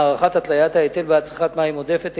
(הארכת התליית ההיטל בעד צריכת מים עודפת),